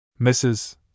Mrs